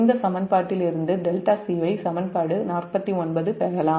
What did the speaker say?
இந்த சமன்பாட்டிலிருந்து 𝜹c சமன்பாடு 49 ஐ பெறலாம்